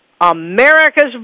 America's